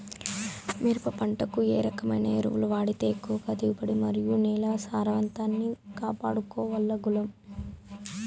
మిరప పంట కు ఏ రకమైన ఎరువులు వాడితే ఎక్కువగా దిగుబడి మరియు నేల సారవంతాన్ని కాపాడుకోవాల్ల గలం?